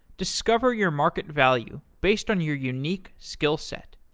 discover your market value based on your unique skill set.